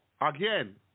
again